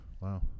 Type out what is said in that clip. Wow